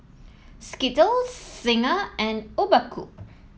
Skittles Singha and Obaku